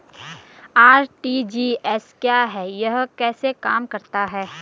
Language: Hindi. आर.टी.जी.एस क्या है यह कैसे काम करता है?